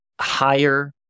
higher